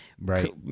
Right